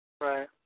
Right